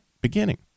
beginning